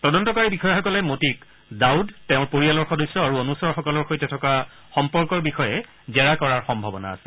তদস্তকাৰী বিষয়াসকলে মতিক ডাউদ তেওঁৰ পৰিয়ালৰ সদস্য আৰু অনুচৰসকলৰ সৈতে থকা সম্পৰ্কৰ বিষয়ে জেৰা কৰাৰ সম্ভাৱনা আছে